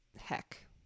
heck